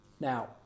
Now